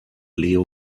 leo